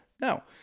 No